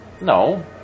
No